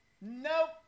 Nope